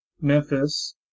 Memphis